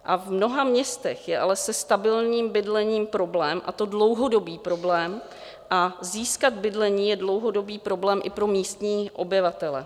V mnoha městech je ale se stabilním bydlením problém, a to dlouhodobý problém, a získat bydlení je dlouhodobý problém i pro místní obyvatele.